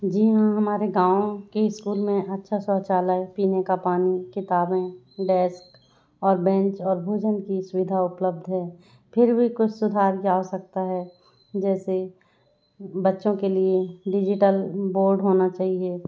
जी हाँ हमारे गाँव के स्कूल में अच्छा शौचालय पीने का पानी किताबें डेस्क और बैंच और भोजन की सुविधा उपलब्ध है फिर भी कुछ सुधार की आवश्यकता है जैसे बच्चों के लिए डिजिटल बोर्ड होना चाहिए